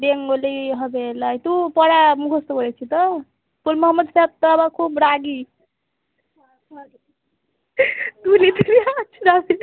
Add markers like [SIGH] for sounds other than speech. Bengali হবে লাই তু পড়া মুখস্ত করেছি তো ফুল মহম্মদ স্যার তো আবার খুব রাগী ভুল [UNINTELLIGIBLE] রাগী